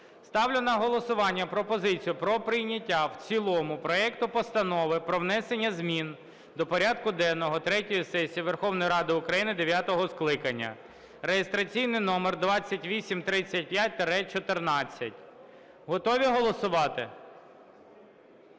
Ставлю на голосування пропозицію про прийняття в цілому проекту Постанови про внесення змін до порядку денного третьої сесії Верховної Ради України дев'ятого скликання (реєстраційний номер 2835-14). Готові голосувати?